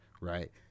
Right